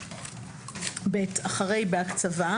(ב)אחרי "בהקצבה"